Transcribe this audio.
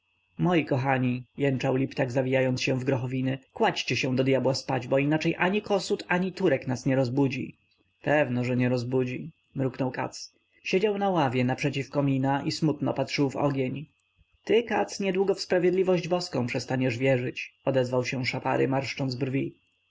moi kochani jęczał liptak zawijając się w grochowiny kładźcie się do dyabła spać bo inaczej ani kossuth ani turek nas nie rozbudzi pewno że nie rozbudzi mruknął katz siedział na ławie naprzeciw komina i smutno patrzył w ogień ty katz niedługo w sprawiedliwość boską przestaniesz wierzyć odezwał się szapary marszcząc brwi